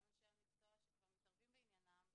אנשי המקצוע שכבר מתערבים בעניינם,